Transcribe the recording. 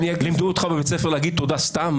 לימדו אותך בבית ספר להגיד תודה סתם?